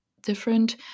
different